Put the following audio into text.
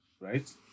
right